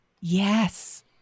yes